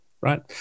right